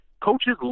coaches